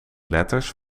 letters